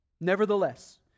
nevertheless